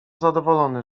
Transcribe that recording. zadowolony